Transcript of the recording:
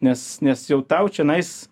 nes nes jau tau čionais